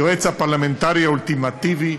היועץ הפרלמנטרי האולטימטיבי,